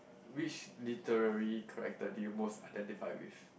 which literary character do you most identify with